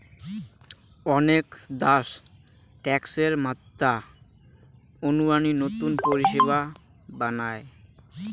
অনেক দ্যাশ ট্যাক্সের মাত্রা অনুযায়ী নতুন পরিষেবা বানায়